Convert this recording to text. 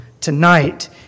tonight